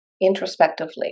introspectively